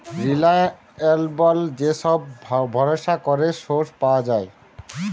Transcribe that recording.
reliable যে সব ভরসা করা সোর্স পাওয়া যায়